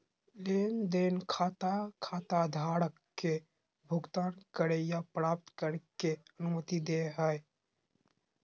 लेन देन खाता खाताधारक के भुगतान करे या प्राप्त करे के अनुमति दे हइ